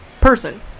person